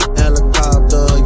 helicopter